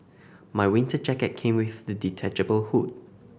my winter jacket came with a detachable hood